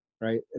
right